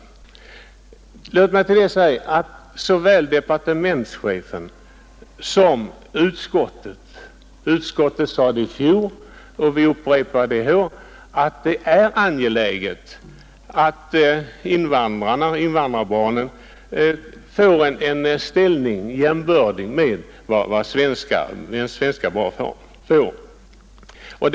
Låt mig Nr S1 då framhålla att såväl departementschefen som utskottet — utskottet Onsdagen den sade det i fjol och upprepar det i år — uttalat att det är angeläget att 5 april 1972 invandrarbarnen får en ställning jämbördig med den som svenska barn —L ——— får.